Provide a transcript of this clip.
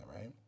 right